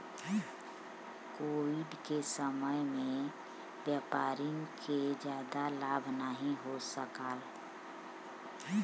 Covid के समय में व्यापारियन के जादा लाभ नाहीं हो सकाल